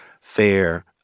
fair